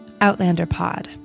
outlanderpod